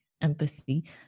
empathy